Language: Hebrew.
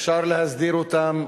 אפשר להסדיר אותם,